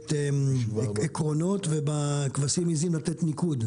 לתת עקרונות ובכבשים עיזים לתת ניקוד.